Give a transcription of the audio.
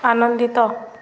ଆନନ୍ଦିତ